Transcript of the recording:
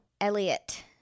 Elliot